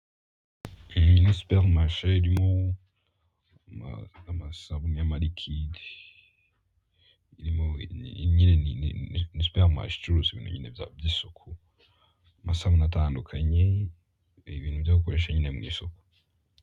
Iyi ni superimarishe irimo amasabune yamalikide. Imwe ni superimarishe icuruza ibintu by'isuku, amasabune, ibintu byo gukoresha mu isuku.